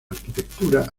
arquitectura